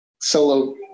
solo